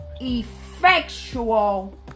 effectual